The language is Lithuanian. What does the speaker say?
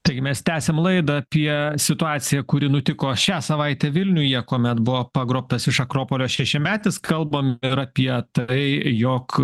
taigi mes tęsiam laidą apie situaciją kuri nutiko šią savaitę vilniuje kuomet buvo pagrobtas iš akropolio šešiametis kalbam ir apie tai jog